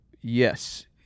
Yes